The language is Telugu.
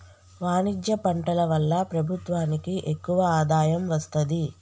వాణిజ్య పంటల వల్ల ప్రభుత్వానికి ఎక్కువ ఆదాయం వస్తది